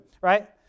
right